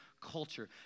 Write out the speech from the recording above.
culture